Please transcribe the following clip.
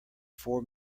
four